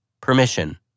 Permission